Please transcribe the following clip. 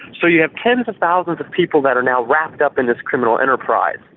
so you have tens of thousands of people that are now wrapped up in this criminal enterprise.